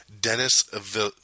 Dennis